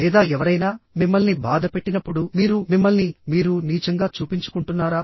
లేదా ఎవరైనా మిమ్మల్ని బాధపెట్టినప్పుడు మీరు మిమ్మల్ని మీరు నీచంగా చూపించుకుంటున్నారా